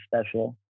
special